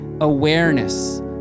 awareness